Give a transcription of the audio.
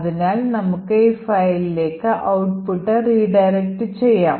അതിനാൽ നമുക്ക് ഈ ഫയലിലേക്ക് ഔട്ട്പുട്ട് റീഡയറക്ടുചെയ്യാം